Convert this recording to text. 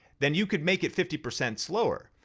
then you could make it fifty percent slower.